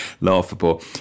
laughable